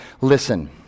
listen